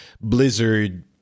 blizzard